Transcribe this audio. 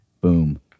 boom